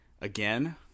again